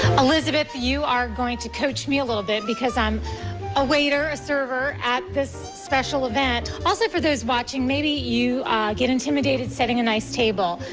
elizabeth, you are going to coach me a bit because i'm a waiter, a server at this special event. also for those watching, maybe you get intimidated setting a nice table.